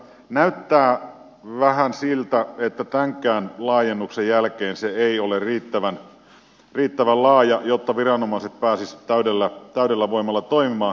näyttää vähän siltä että tämänkään laajennuksen jälkeen se ei ole riittävän laaja jotta viranomaiset pääsisivät täydellä voimalla toimimaan